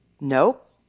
Nope